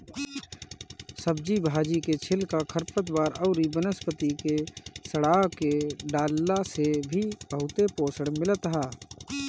सब्जी भाजी के छिलका, खरपतवार अउरी वनस्पति के सड़आ के डालला से भी बहुते पोषण मिलत ह